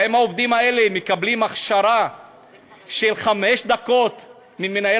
האם העובדים האלה מקבלים הכשרה של חמש דקות ממנהל